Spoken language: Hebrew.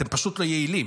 אתם פשוט לא יעילים.